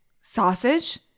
Sausage